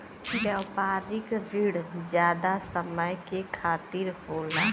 व्यापारिक रिण जादा समय के खातिर होला